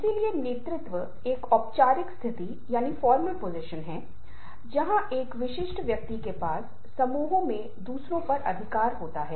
लेकिन ये कथन एक तरह से व्यापक सामान्यीकरण हैं जो मैं कहूंगा क्योंकि एक अध्ययन एक विशेष संदर्भ में किया जाता है और उस विशेष संदर्भ में शायद यह पाया गया है कि यह कहानी है